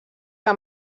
que